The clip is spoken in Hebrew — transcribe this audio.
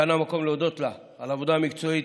כאן המקום להודות לה על העבודה המקצועית,